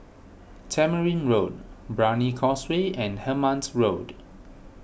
Tamarind Road Brani Causeway and Hemmant Road